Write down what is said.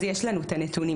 אז יש לנו את הנתונים,